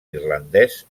irlandès